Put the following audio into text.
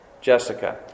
Jessica